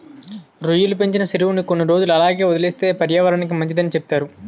రొయ్యలు పెంచిన సెరువుని కొన్ని రోజులు అలాగే వదిలేస్తే పర్యావరనానికి మంచిదని సెప్తారు